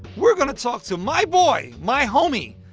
we're going to talk to my boy, my homie,